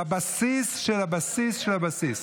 זה הבסיס של הבסיס של הבסיס.